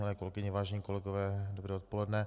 Milé kolegyně, vážení kolegové, dobré odpoledne.